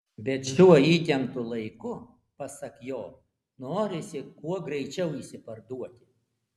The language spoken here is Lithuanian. bet šiuo įtemptu laiku pasak jo norisi kuo greičiau išsiparduoti